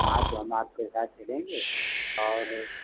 हाँ तो हम आपके साथ चलेंगे और